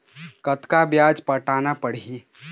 कतका ब्याज पटाना पड़ही?